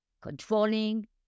Controlling